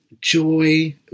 joy